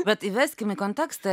bet įveskim į kontekstą